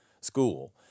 school